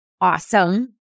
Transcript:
Awesome